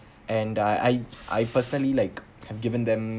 and I I I personally like have given them